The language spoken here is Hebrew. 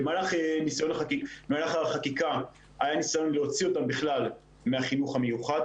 במהלך החקיקה היה ניסיון להוציא אותם לגמרי מהחינוך המיוחד.